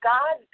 God